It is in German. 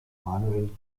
manuel